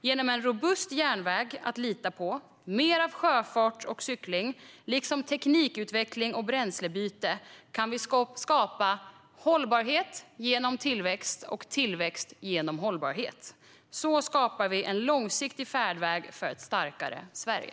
Genom en robust järnväg att lita på och mer av sjöfart och cykling liksom teknikutveckling och bränslebyte kan vi skapa hållbarhet genom tillväxt och tillväxt genom hållbarhet. Så skapar vi en långsiktig färdväg för ett starkare Sverige.